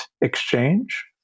exchange